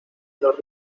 los